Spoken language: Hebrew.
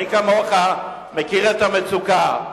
מי כמוך מכיר את המצוקה.